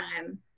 time